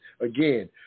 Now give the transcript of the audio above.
Again